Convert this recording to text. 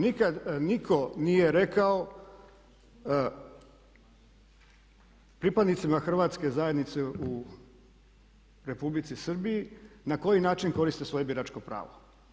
Nikad nitko nije rekao pripadnicima Hrvatske zajednice u Republici Srbiji na koji način koriste svoje biračku pravo.